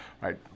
right